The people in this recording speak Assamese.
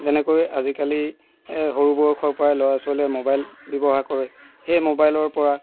যেনেকৈ আজিকালি সৰু বসয়ৰ পৰাই ল'ৰা ছোৱালীয়ে মোবাইল ব্যৱহাৰ কৰে সেই মোবাইলৰ পৰা